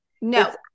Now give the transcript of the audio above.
No